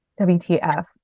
WTF